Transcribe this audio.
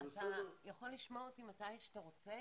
אתה יכול לשמוע אותי מתי שאתה רוצה,